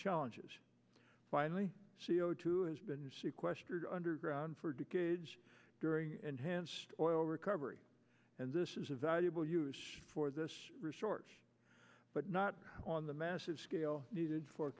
challenges finally c o two has been sequestered underground for decades during enhanced oil recovery and this is a valuable use for this resort but not on the massive scale needed for